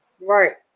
right